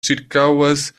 ĉirkaŭas